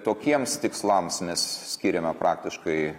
tokiems tikslams mes skiriame praktiškai